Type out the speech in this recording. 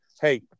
Hey